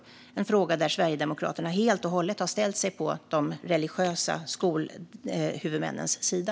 Det är en fråga där Sverigedemokraterna helt och hållet har ställt sig på de religiösa skolhuvudmännens sida.